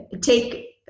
take